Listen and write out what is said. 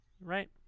Right